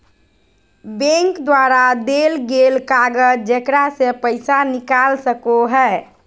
bank द्वारा देल गेल कागज जेकरा से पैसा निकाल सको हइ